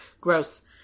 Gross